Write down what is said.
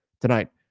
tonight